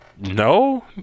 no